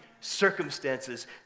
circumstances